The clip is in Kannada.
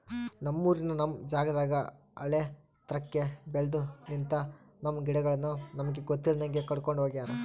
ನಮ್ಮೂರಿನ ನಮ್ ಜಾಗದಾಗ ಆಳೆತ್ರಕ್ಕೆ ಬೆಲ್ದು ನಿಂತ, ನಮ್ಮ ಗಿಡಗಳನ್ನು ನಮಗೆ ಗೊತ್ತಿಲ್ದಂಗೆ ಕಡ್ಕೊಂಡ್ ಹೋಗ್ಯಾರ